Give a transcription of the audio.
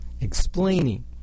explaining